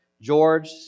George